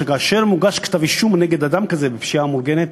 שכאשר מוגש כתב-אישום נגד אדם כזה בפשיעה מאורגנת